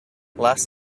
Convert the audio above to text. last